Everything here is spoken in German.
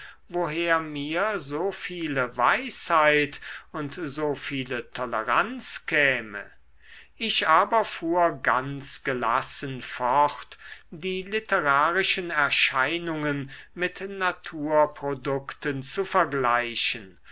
woher mir so viele weisheit und so viele toleranz käme ich aber fuhr ganz gelassen fort die literarischen erscheinungen mit naturprodukten zu vergleichen